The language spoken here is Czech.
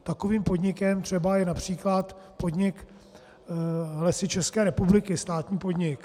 Takovým podnikem je třeba například podnik Lesy České republiky, státní podnik.